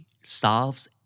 solves